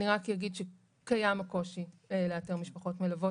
אני רק אגיד שקיים הקושי לאתר משפחות מלוות.